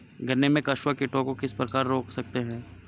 गन्ने में कंसुआ कीटों को किस प्रकार रोक सकते हैं?